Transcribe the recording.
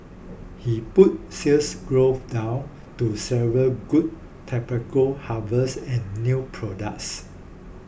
he put Sales Growth down to several good tobacco harvests and new products